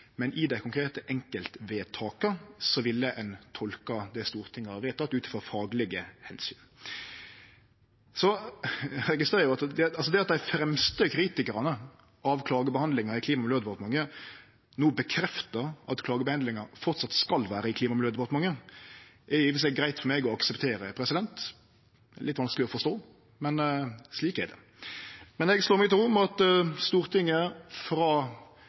men i dei konkrete enkeltvedtaka ville ein tolke det Stortinget har vedteke ut frå faglege omsyn. Det at dei fremste kritikarane av klagebehandlinga i Klima- og miljødepartementet no bekreftar at klagebehandlinga framleis skal vere i Klima- og miljødepartementet, er i og for seg greitt for meg å akseptere – litt vanskeleg å forstå, men slik er det. Eg slår meg til ro med at Stortinget, frå